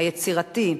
היצירתי,